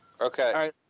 Okay